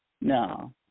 No